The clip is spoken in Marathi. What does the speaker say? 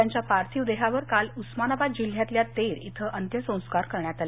त्यांच्या पार्थिव देहावर काल उस्मानाबाद जिल्ह्यातल्या तेर इथं अंत्यसंस्कार करण्यात आले